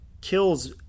kills